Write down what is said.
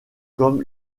comme